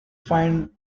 find